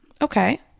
Okay